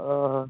ও